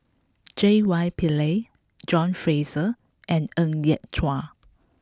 J Y Pillay John Fraser and Ng Yat Chuan